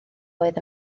oedd